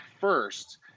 first